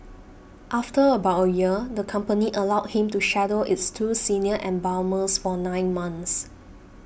after about a year the company allowed him to shadow its two senior embalmers for nine months